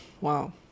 Wow